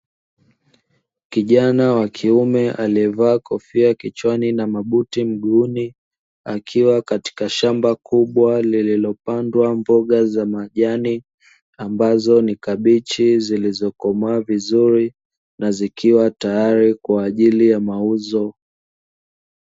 Kijana wa kiume aliyevaa kofia kichwani na mabuti mguuni, akiwa katika shamba kubwa lililopandwa mboga za majani ambazo ni kabichi zilizokomaa vizuri na zikiwa tayari kwa ajili ya mauzo.